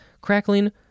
crackling